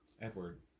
Edward